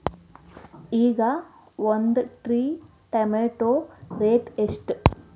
ಈಗ ಒಂದ್ tray tomato rate ಎಷ್ಟ?